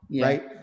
right